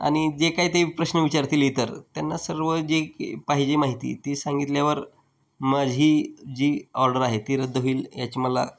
आणि जे काही ते प्रश्न विचारतील इतर त्यांना सर्व जे की पाहिजे माहिती ती सांगितल्यावर माझी जी ऑर्डर आहे ती रद्द होईल याची मला